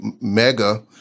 mega